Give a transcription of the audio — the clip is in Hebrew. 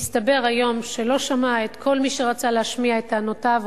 ומסתבר היום שהיא לא שמעה את כל מי שרצה להשמיע את טענותיו,